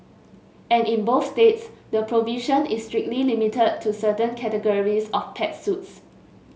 and in both states the provision is strictly limited to certain categories of pet suits